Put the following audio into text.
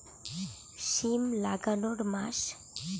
সিম লাগানোর মাস?